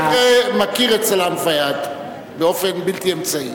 במקרה, מכיר את סלאם פיאד באופן בלתי אמצעי.